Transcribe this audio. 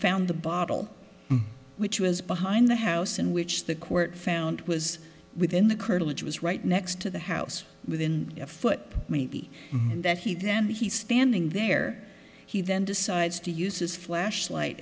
found the bottle which was behind the house in which the court found was within the curtilage was right next to the house within a foot maybe that he then he's standing there he then decides to use his flashlight